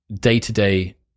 day-to-day